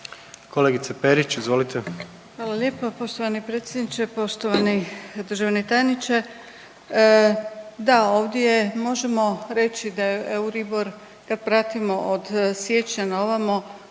**Perić, Grozdana (HDZ)** Hvala lijepo poštovani predsjedniče. Poštovani državni tajniče, da ovdje možemo reći da je Euribor, kad pratimo od siječnja na ovamo